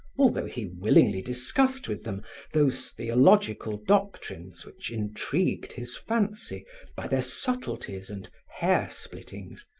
although he willingly discussed with them those theological doctrines which intrigued his fancy by their subtleties and hair-splittings,